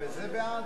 להעביר